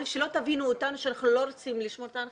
שלא תבינו אותנו שאנחנו לא רוצים לשמור את ההנחיות.